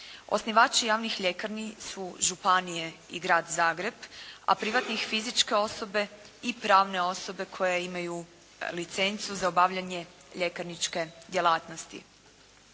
Osnivači javnih ljekarni su županije i Grad Zagreb, a privatnih fizičke osobe i pravne osobe koje imaju licencu za obavljanje ljekarničke djelatnosti.